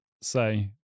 say